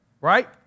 right